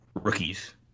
rookies